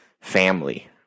Family